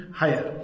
higher